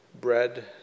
bread